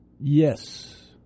Yes